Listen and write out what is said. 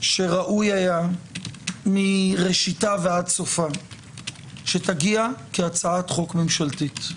שראוי היה מראשיתה ועד סופה שתגיע כהצעת חוק ממשלתית,